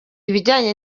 ibijyanye